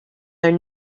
their